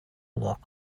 walk